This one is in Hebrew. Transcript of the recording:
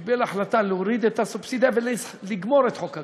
קיבל החלטה להוריד את הסובסידיה ולגמור את חוק הגליל.